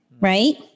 Right